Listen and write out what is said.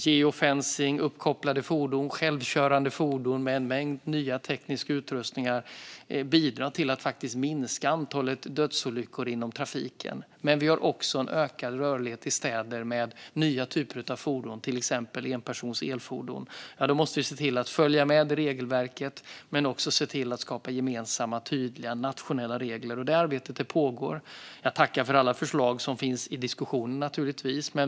Geofencing, uppkopplade fordon och självkörande fordon med en mängd nya tekniska utrustningar bidrar till att minska antalet dödsolyckor inom trafiken. Men vi har också en ökad rörlighet i städer med nya typer av fordon, till exempel elfordon för en person. Då måste vi se till att regelverket följer med. Vi måste också se till att skapa gemensamma tydliga nationella regler. Det arbetet pågår. Jag tackar naturligtvis för alla förslag som finns i diskussionen.